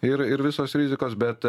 ir ir visos rizikos bet